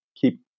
keep